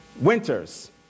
Winters